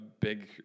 big